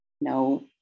no